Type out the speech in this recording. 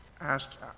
asked